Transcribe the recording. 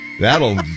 That'll